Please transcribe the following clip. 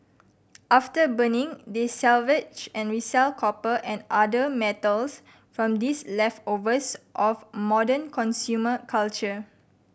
after burning they salvage and resell copper and other metals from these leftovers of modern consumer culture